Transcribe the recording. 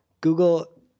Google